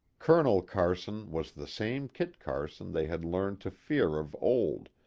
colonel carson was the same kit carson they had learned to fear of old,